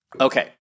Okay